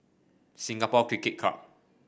Singapore Cricket Club